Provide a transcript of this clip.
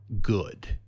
good